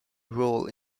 role